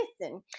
listen